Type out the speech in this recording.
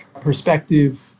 perspective